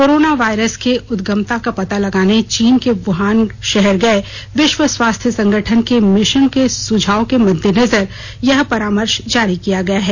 corona virus के उदगमका पता लगाने चीन के वुहान शहर गये विश्व स्वास्थ्य संगठन के मिशन के सुझाव के मद्देनजर यह परामर्श जारी किया गया है